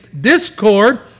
discord